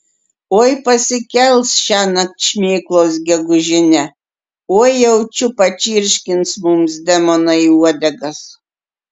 oi pasikels šiąnakt šmėklos gegužinę oi jaučiu pačirškins mums demonai uodegas